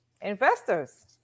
Investors